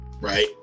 right